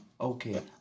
Okay